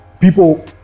people